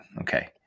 Okay